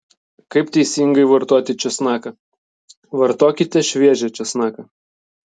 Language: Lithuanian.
kaip teisingai vartoti česnaką vartokite šviežią česnaką